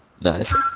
Nice